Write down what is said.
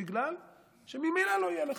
בגלל שממילא לא יהיה לך,